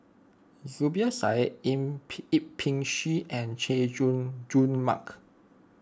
Zubir Said Yip Pin Xiu and Chay Jung Jun Mark